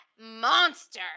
monster